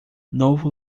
novo